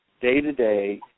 day-to-day